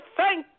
thank